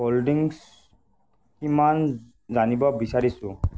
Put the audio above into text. holdings কিমান জানিব বিচাৰিছোঁ